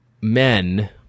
men